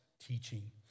teaching